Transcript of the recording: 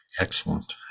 Excellent